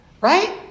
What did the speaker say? Right